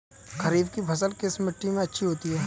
खरीफ की फसल किस मिट्टी में अच्छी होती है?